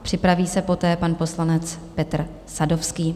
Připraví se poté pan poslanec Petr Sadovský.